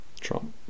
Trump